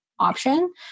option